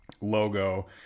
logo